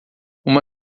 uma